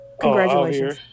Congratulations